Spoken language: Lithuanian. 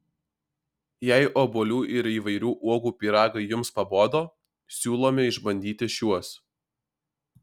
jei obuolių ir įvairių uogų pyragai jums pabodo siūlome išbandyti šiuos